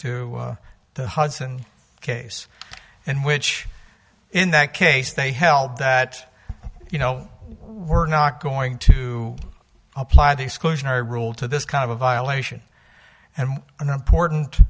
to the hudson case in which in that case they held that you know we're not going to apply the exclusionary rule to this kind of a violation and an important